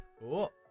Cool